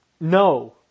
no